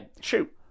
Shoot